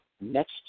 Next